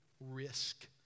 risk